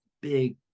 big